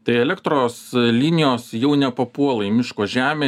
tai elektros linijos jau nepapuola į miško žemę